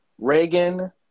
Reagan